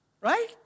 Right